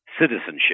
citizenship